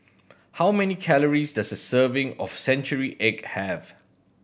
how many calories does a serving of century egg have